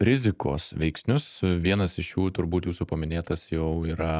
rizikos veiksnius vienas iš jų turbūt jūsų paminėtas jau yra